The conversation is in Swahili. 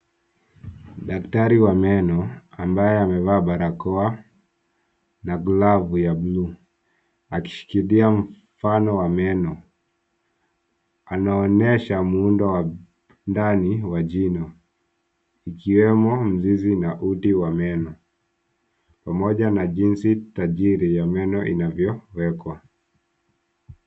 Daktari wa meno ambaye amevaa barakoa na glovu ya buluu akishikilia mfano wa meno. Anaonyesha muundo wa ndani wa jino, ikiwemo mzizi na uti wa meno pamoja na jinsi tajiri ya meno ilivyowekwa.